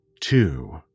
two